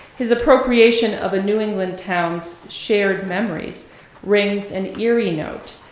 his appropriation of a new england town's shared memories rings an eerie note,